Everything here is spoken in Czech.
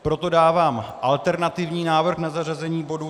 Proto dávám alternativní návrh na zařazení bodu